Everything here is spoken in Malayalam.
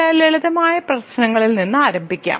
ചില ലളിതമായ പ്രശ്നങ്ങളിൽ നിന്ന് ആരംഭിക്കാം